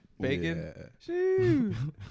Bacon